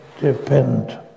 depend